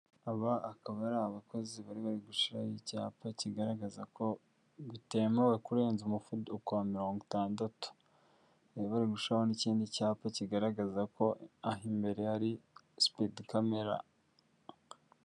Aba akaba ari abakozi bari bari gushiraho icyapa kigaragaza ko bitemewe kurenza umuvuduko wa mirongo itandatu. Bari bari gushiraho n'ikindi cyapa kigaragaza ko aho imbere hari sipidi kamera.